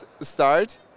start